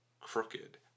crooked